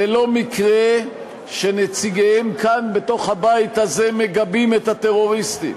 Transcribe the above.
זה לא מקרה שנציגיהם כאן בתוך הבית הזה מגבים את הטרוריסטים,